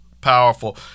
powerful